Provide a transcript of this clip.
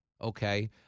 Okay